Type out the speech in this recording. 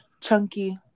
Chunky